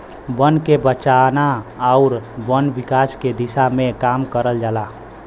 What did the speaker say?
बन के बचाना आउर वन विकास के दिशा में काम करल जाला